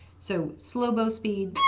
so slow bow speed,